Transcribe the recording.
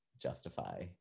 justify